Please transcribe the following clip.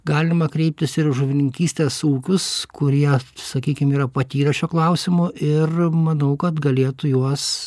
galima kreiptis ir žuvininkystės ūkius kurie sakykim yra patyrę šio klausimu ir manau kad galėtų juos